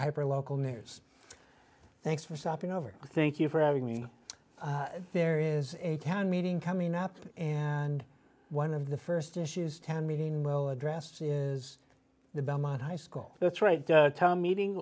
hyper local news thanks for stopping of or thank you for having me there is a town meeting coming up and one of the st issues town meeting will address is the belmont high school that's right tom meeting